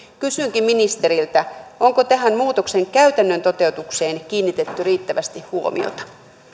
kysynkin ministeriltä onko tähän muutoksen käytännön toteutukseen kiinnitetty riittävästi huomiota